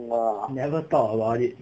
never thought about it